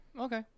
okay